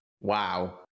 Wow